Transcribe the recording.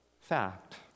fact